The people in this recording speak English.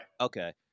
Okay